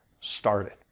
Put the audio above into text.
started